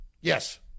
Yes